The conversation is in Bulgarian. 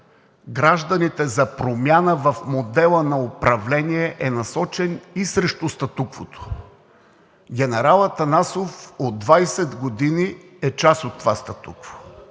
гражданите за промяна в модела на управление са насочени и срещу статуквото. Генерал Атанасов от 20 години е част от това статукво